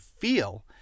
feel